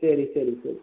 சரி சரி சரி